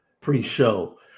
pre-show